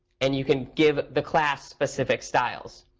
and you can give the class specific styles.